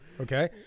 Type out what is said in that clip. Okay